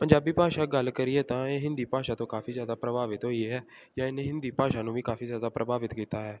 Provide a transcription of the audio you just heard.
ਪੰਜਾਬੀ ਭਾਸ਼ਾ ਗੱਲ ਕਰੀਏ ਤਾਂ ਇਹ ਹਿੰਦੀ ਭਾਸ਼ਾ ਤੋਂ ਕਾਫੀ ਜ਼ਿਆਦਾ ਪ੍ਰਭਾਵਿਤ ਹੋਈ ਹੈ ਜਾਂ ਇਹਨੇ ਹਿੰਦੀ ਭਾਸ਼ਾ ਨੂੰ ਵੀ ਕਾਫੀ ਜ਼ਿਆਦਾ ਪ੍ਰਭਾਵਿਤ ਕੀਤਾ ਹੈ